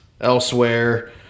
elsewhere